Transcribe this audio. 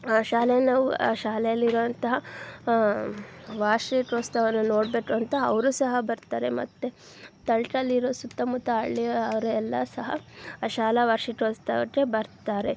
ಆ ಶಾಲೆಯಲ್ಲಿ ನಾವು ಆ ಶಾಲೆಯಲ್ಲಿರುವಂತಹ ವಾರ್ಷಿಕೋತ್ಸವನ್ನು ನೋಡಬೇಕು ಅಂತ ಅವರು ಸಹ ಬರ್ತಾರೆ ಮತ್ತು ತಳಕಲ್ಲಿರುವ ಸುತ್ತಮುತ್ತ ಹಳ್ಳಿ ಅವರೆಲ್ಲ ಸಹ ಆ ಶಾಲಾ ವಾರ್ಷಿಕೋತ್ಸವಕ್ಕೆ ಬರ್ತಾರೆ